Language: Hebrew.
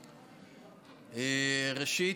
ראשית,